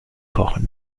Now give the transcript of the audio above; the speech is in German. kochen